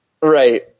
Right